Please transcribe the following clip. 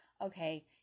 okay